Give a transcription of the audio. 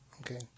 Okay